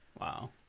Wow